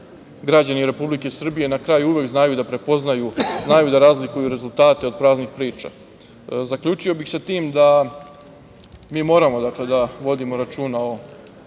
građani Republike Srbije na kraju uvek znaju da prepoznaju, znaju da razlikuju rezultate od praznih priča. Zaključio bih sa tim da mi moramo da vodimo računa o